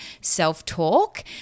self-talk